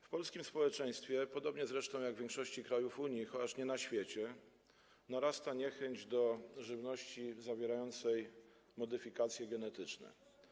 W polskim społeczeństwie, podobnie zresztą jak w większości krajów Unii, chociaż nie na świecie, narasta niechęć do żywności zawierającej modyfikacje genetyczne.